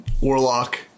warlock